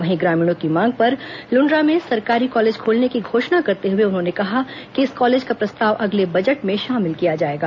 वहीं ग्रामीणों की मांग पर लृण्ड्रा में सरकारी कॉलेज खोलने की घोषणा करते हुए उन्होंने कहा कि इस कॉलेज का प्रस्ताव अगले बजट में शॉमिल किया जाएगा